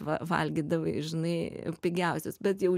valgydavai žinai pigiausius bet jau